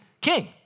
king